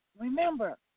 Remember